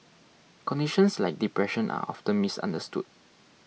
conditions like depression are often misunderstood